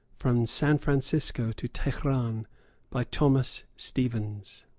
from san francisco to teheran by thomas stevens